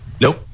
Nope